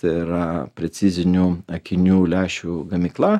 tai yra precizinių akinių lęšių gamykla